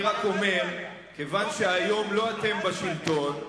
אני רק אומר: כיוון שהיום לא אתם בשלטון,